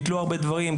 ביטלו הרבה דברים,